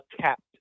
capped